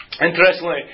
interestingly